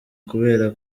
kubera